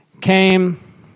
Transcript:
came